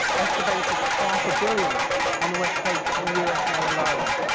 estimated at half a billion on the west coast of the u s a. alone.